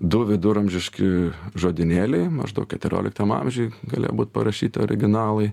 du viduramžiški žodynėliai maždaug keturioliktam amžiuj galėjo būt parašyti originalai